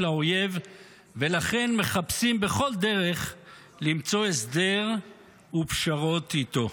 האויב ולכן מחפשים בכל דרך למצוא הסדר ופשרות איתו?